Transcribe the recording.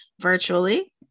virtually